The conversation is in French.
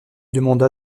demanda